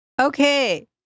Okay